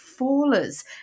fallers